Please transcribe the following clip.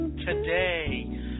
Today